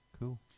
cool